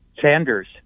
Sanders